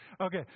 Okay